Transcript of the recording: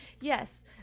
Yes